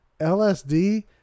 LSD